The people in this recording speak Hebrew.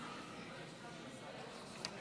45